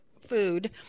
food